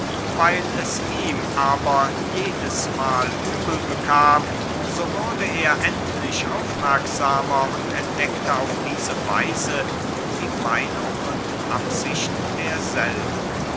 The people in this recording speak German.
weil es ihm aber jedesmahl übel bekam so ward er endlich aufmerksamer und entdeckte auf diese weise die meinung und absicht derselben